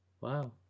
Wow